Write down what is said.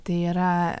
tai yra